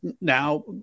now